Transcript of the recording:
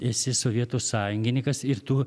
esi sovietų sąjungininkas ir tu